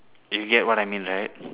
if you get what I mean right